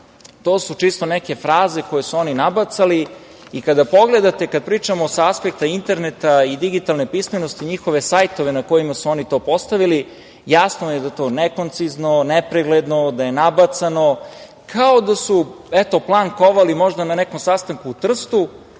To su čisto neke fraze koje su oni nabacali. Kada pogledate kada pričamo sa aspekta interneta i digitalne pismenosti, njihove sajtove na kojima su oni to postavili jasno je da je to nekoncizno, nepregledno, da je nabacano, kao da su, eto, plan kovali možda na nekom sastanku u Trstu